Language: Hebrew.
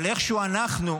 אבל איכשהו אנחנו,